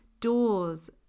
doors